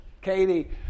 Katie